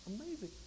Amazing